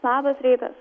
labas rytas